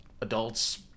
adults